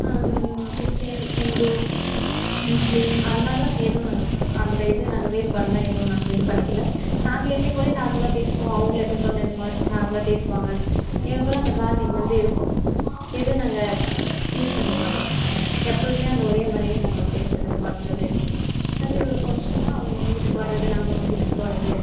Christian Hindu முஸ்லீம் அது மாதிரிலாம் எதுவும் நாங்கள் அந்த இது நாங்கள் வேறுபாடெலாம் நாங்கள் எதுவும் பண்ணிக்கல நாங்கள் எப்போயும் போல் நார்மலாக பேசுவோம் அவங்குளும் எப்போயும் போல் நார்மலாக பேசுவாங்க எங்கள் குள்ளே அந்த பாண்டிங் வந்து இருக்கும் எதுவும் நாங்கள் யூஸ் பண்ணிக்க மாட்டோம் எப்பவுமே அந்த ஒரேமாதிரியே நாங்கள் பேசுவது பண்ணுறது அதுமாரி ஒரு ஃபங்ஷன்னால் அவங்க எங்கள் வீட்டுக்கு வரது நாங்கள் அவங்க வீட்டுக்கு போவது